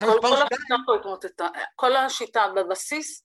‫אבל כל השיטה בבסיס...